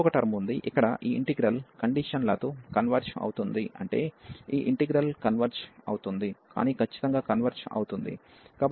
ఇంకొక టర్మ్ ఉంది ఇక్కడ ఈ ఇంటిగ్రల్ కండిషన్ లతో కన్వర్జ్ అవుతుంది అంటే ఈ ఇంటిగ్రల్ కన్వర్జ్ అవుతుంది కానీ ఖచ్చితంగా కన్వర్జ్ అవుతుంది